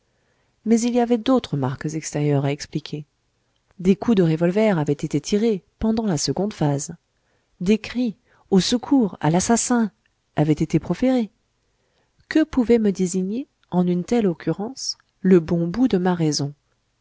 mais il y avait d'autres marques extérieures à expliquer des coups de revolver avaient été tirés pendant la seconde phase des cris au secours à l'assassin avaient été proférés que pouvait me désigner en une telle occurrence le bon bout de ma raison